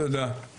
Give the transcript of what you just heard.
תודה.